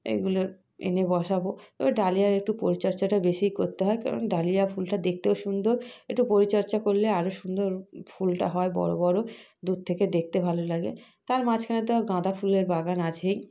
এগুলো এনে বসাবো এবার ডালিয়া একটু পরিচর্চাটা বেশি করতে হয় কারণ ডালিয়া ফুলটা দেখতেও সুন্দর এটা পরিচর্চা করলে আরো সুন্দর ফুলটা হয় বড়ো বড়ো দূর থেকে দেখতে ভালো লাগে তার মাছখানে তো গাঁদা ফুলের বাগান আছেই